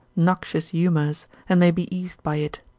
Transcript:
noxious humours, and may be eased by it.